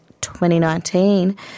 2019